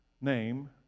name